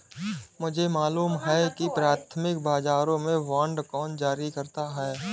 मुझे मालूम है कि प्राथमिक बाजारों में बांड कौन जारी करता है